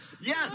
Yes